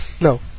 No